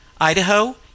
Idaho